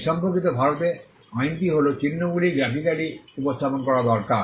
এ সম্পর্কিত ভারতে আইনটি হল চিহ্নগুলি গ্রাফিক্যালি উপস্থাপন করা দরকার